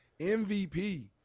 MVP